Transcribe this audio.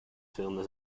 filmed